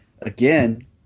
again